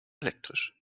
elektrisch